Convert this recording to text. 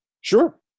Sure